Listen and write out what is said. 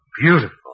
beautiful